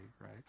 right